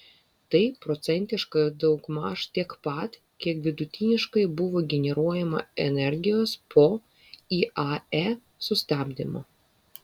tai procentiškai daugmaž tiek pat kiek vidutiniškai buvo generuojama energijos po iae sustabdymo